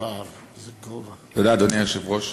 אדוני היושב-ראש,